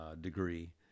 degree